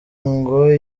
ngo